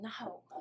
No